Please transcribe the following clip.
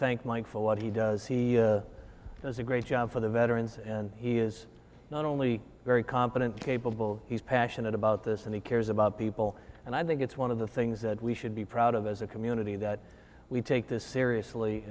thank mike for what he does he does a great job for the veterans and he is not only very competent capable he's passionate about this and he cares about people and i think it's one of the things that we should be proud of as a community that we take this seriously